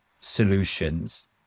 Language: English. solutions